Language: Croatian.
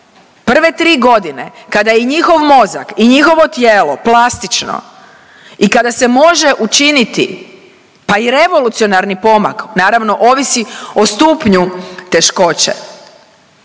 prve tri godine kada je njihov mozak i njihovo tijelo plastično i kada se može učiniti pa i revolucionarni pomak, naravno ovisi o stupnju teškoće,